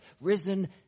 risen